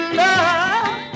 love